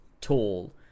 tall